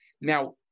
Now